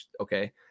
okay